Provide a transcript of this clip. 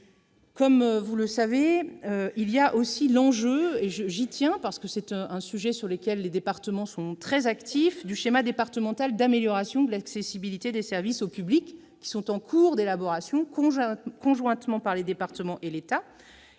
Comme vous le savez, il y a aussi, et j'y insiste, car c'est un sujet sur lequel les départements sont très actifs, les schémas départementaux d'amélioration de l'accessibilité des services au public, en cours d'élaboration conjointe par les départements et l'État.